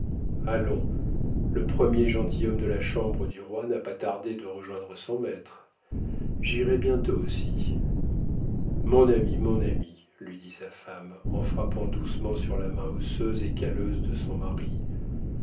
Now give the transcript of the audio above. allons le premier gentilhomme de la chambre du roi n'a pas tardé de rejoindre son maître j'irai bientôt aussi mon ami mon ami lui dit sa femme en frappant doucement sur la main osseuse et calleuse de son mari